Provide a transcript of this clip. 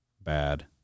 Bad